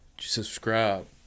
Subscribe